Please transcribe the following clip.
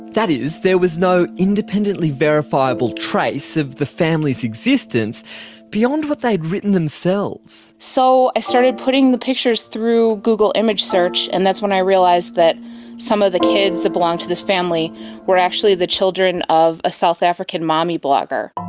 that is, there was no independently verifiable trace of the family's existence beyond what they had written themselves. so i started putting the pictures through google image search, and that's when i realised that some of the kids that belonged to this family were actually the children of a south african mommy blogger,